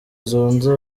zunze